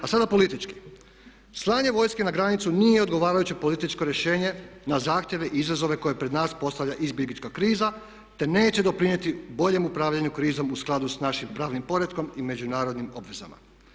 A sada politički, slanje vojske na granicu nije odgovarajuće političko rješenje na zahtjeve i izazove koje pred nas postavlja izbjeglička kriza te neće doprinijeti boljem upravljanju krizom u skladu sa našim pravnim poretkom i međunarodnim obvezama.